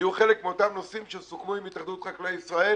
יהיו חלק מאותם נושאים שסוכמו עם התאחדות חקלאי ישראל